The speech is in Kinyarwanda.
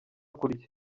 kurya